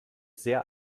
sehr